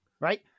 Right